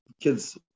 kids